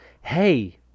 hey